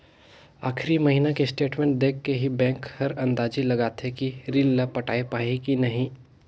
आखरी महिना के स्टेटमेंट देख के ही बैंक हर अंदाजी लगाथे कि रीन ल पटाय पाही की नही